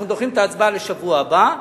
אנחנו דוחים את ההצבעה לשבוע הבא.